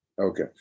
Okay